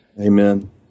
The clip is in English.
Amen